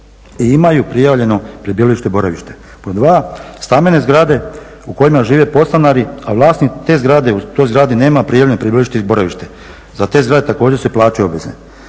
imaju prijavljeno prebivalište i boravište. Pod 2. stambene zgrade u kojima žive podstanari a vlasnici te zgrade u toj zgradi nema prijavljeno prebivalište i boravište. Za te zgrade također se plaćaju obveze.